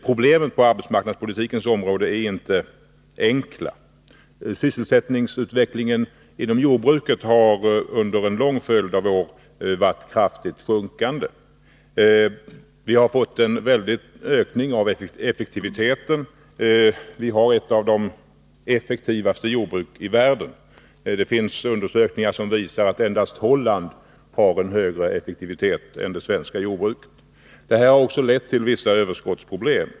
Problemen på arbetsmarknadspolitikens område är inte enkla. Sysselsättningen inom jordbruket har under en lång följd av år varit kraftigt sjunkande. Vi har fått en väldig ökning av effektiviteten. Vi har ett av de effektivaste jordbruken i världen. Det finns undersökningar som visar att endast det holländska jordbruket har en högre effektivitet än det svenska. Detta har också lett till vissa överskottsproblem.